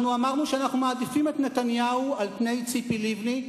אנחנו אמרנו שאנחנו מעדיפים את נתניהו על ציפי לבני,